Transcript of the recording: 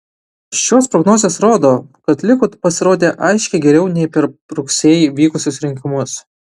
šios prognozės rodo kad likud pasirodė aiškiai geriau nei per rugsėjį vykusius rinkimus